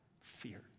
fear